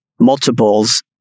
multiples